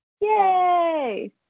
Yay